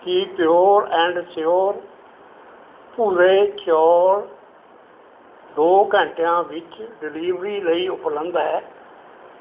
Ki pure and sure ਭੂਰੇ ਚੌਲ਼ ਦੋ ਘੰਟਿਆਂ ਵਿੱਚ ਡਿਲੀਵਰੀ ਲਈ ਉਪਲੰਧ ਹੈ